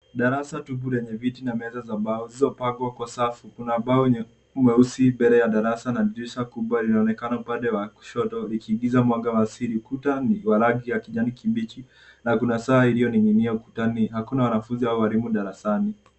Darasa tupu lenye viti na meza za mbao zilizopangwa kwa safu. Kuna ubao mweusi mbele ya darasa na dirisha kubwa linaonekana upande wa kushoto likiingiza mwanga wa asili. Ukuta ni wa rangi ya kijani kibichi na kuna saa iliyoning'inia ukutani, hakuna wanafunzi au wanafunzi darasani.